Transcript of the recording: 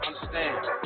Understand